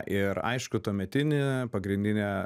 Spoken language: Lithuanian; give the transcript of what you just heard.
ir aišku tuometinė pagrindinė